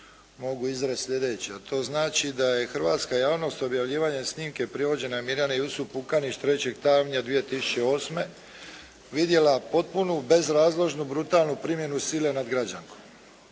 mogu izreći slijedeće a to znači da je hrvatska javnost objavljivanjem snimke privođenja Mirjane Jusup Pukanić 3. travnja 2008. vidjela potpunu bezrazložnu brutalnu primjenu sile nad građankom.